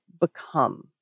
become